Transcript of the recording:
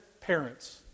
parents